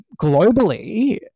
globally